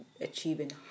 achieving